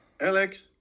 Alex